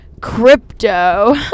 crypto